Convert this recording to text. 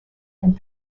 and